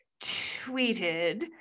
tweeted